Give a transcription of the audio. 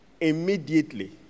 Immediately